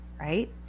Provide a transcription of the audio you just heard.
right